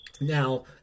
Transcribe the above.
Now